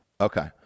Okay